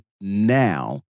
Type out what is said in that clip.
now